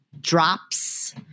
drops